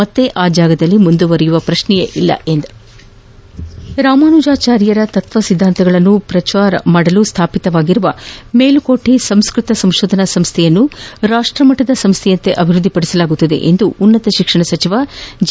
ಮತ್ತೆ ಆ ಜಾಗದಲ್ಲಿ ಮುಂದುವರಿಯುವ ಪ್ರಕ್ನೆಯೇ ಇಲ್ಲ ಎಂದರು ಭಗವದ್ರಾಮಾನುಜಾಚಾರ್ಯರ ತತ್ವ ಸಿದ್ದಾಂತಗಳನ್ನು ಪ್ರಚಾರ ಮಾಡಲು ಸ್ಥಾಪಿತವಾಗಿರುವ ಮೇಲುಕೋಟೆ ಸಂಸ್ಕತ ಸಂಶೋಧನಾ ಸಂಸ್ಥೆಯನ್ನು ರಾಷ್ಟಮಟ್ಟದ ಸಂಸ್ಥೆಯಂತೆ ಅಭಿವೃದ್ಧಿಪಡಿಸಲಾಗುತ್ತದೆ ಎಂದು ಉನ್ನತ ಶಿಕ್ಷಣ ಸಚಿವ ಜಿ